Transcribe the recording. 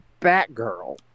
Batgirl